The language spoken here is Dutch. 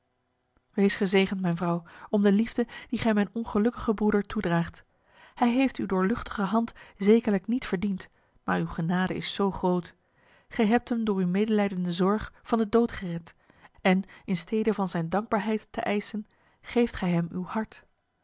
wees gezegend mijn vrouw om de liefde die gij mijn ongelukkige broeder toedraagt hij heeft uw doorluchtige hand zekerlijk niet verdiend maar uw genade is zo groot gij hebt hem door uw medelijdende zorg van de dood gered en in stede van zijn dankbaarheid te eisen geeft gij hem uw hart